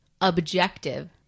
objective